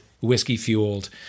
whiskey-fueled